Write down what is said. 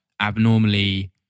abnormally